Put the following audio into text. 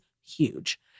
huge